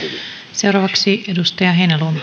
seuraavaksi edustaja